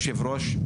כבוד יושב הראש,